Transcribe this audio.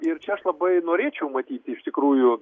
ir čia aš labai norėčiau matyti iš tikrųjų